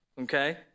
okay